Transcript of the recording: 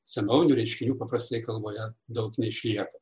senovinių reiškinių paprastai kalboje daug neišlieka